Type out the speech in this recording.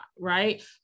right